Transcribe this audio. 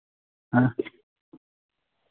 हां